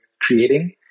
creating